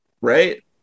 Right